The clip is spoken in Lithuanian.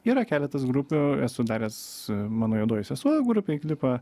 yra keletas grupių esu daręs mano juodoji sesuo grupei klipą